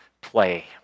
play